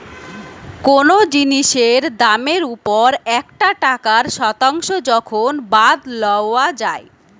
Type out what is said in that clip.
কোনো জিনিসের দামের ওপর একটা টাকার শতাংশ যখন বাদ লওয়া যাই